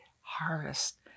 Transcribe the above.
harvest